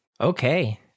Okay